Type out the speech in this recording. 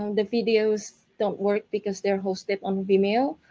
um the videos don't work because they are hosted on vimeo,